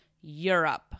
Europe